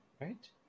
right